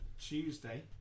Tuesday